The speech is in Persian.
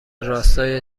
راستای